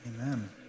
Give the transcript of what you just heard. Amen